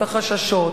את החששות,